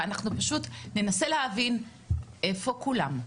ואנחנו פשוט ננסה להבין איפה כולם.